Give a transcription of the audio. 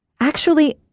Actually